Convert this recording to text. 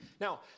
Now